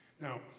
Now